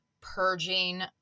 purging